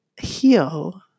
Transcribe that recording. heal